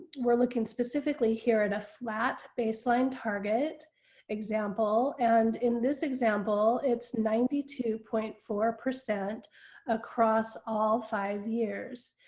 we're looking specifically here at a flat baseline target example. and in this example it's ninety two point four percent across all five years.